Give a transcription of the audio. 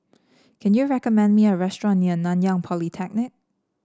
can you recommend me a restaurant near Nanyang Polytechnic